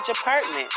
apartment